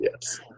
Yes